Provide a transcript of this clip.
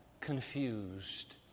confused